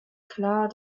klar